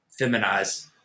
feminize